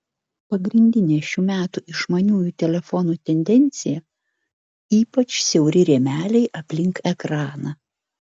pagrindinė šių metų išmaniųjų telefonų tendencija ypač siauri rėmeliai aplink ekraną